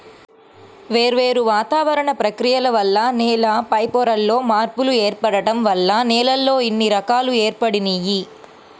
వేర్వేరు వాతావరణ ప్రక్రియల వల్ల నేల పైపొరల్లో మార్పులు ఏర్పడటం వల్ల నేలల్లో ఇన్ని రకాలు ఏర్పడినియ్యి